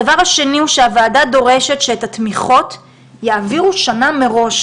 הדבר השני הוא שהוועדה דורשת שאת התמיכות יעבירו שנה מראש.